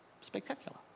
spectacular